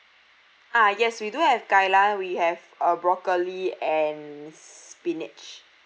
ah yes we do have kai lan we have uh broccoli and spinach